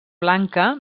blanca